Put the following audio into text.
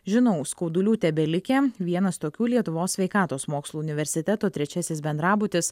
žinau skaudulių tebelikę vienas tokių lietuvos sveikatos mokslų universiteto trečiasis bendrabutis